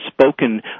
spoken